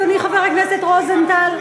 אדוני חבר הכנסת רוזנטל?